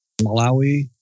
Malawi